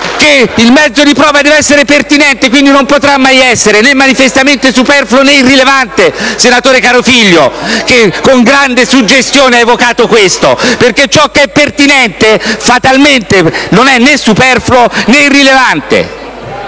che il mezzo di prova deve essere pertinente e, quindi, non potrà mai essere né manifestamente superfluo né irrilevante, senatore Carofiglio, che con grande suggestione ha evocato questo! Perché ciò che è pertinente fatalmente non è né superfluo né irrilevante!